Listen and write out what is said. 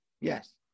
Yes